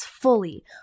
fully